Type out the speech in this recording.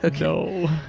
No